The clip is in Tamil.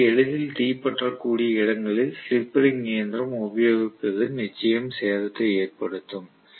எனவே எளிதில் தீப்பற்றக் கூடிய இடங்களில் ஸ்லிப் ரிங்க் இயந்திரம் உபயோகிப்பது நிச்சயம் சேதத்தை ஏற்படுத்தும்